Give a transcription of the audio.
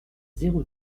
zéro